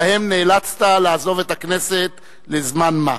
שבהן נאלצת לעזוב את הכנסת לזמן מה.